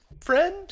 friend